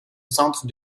centre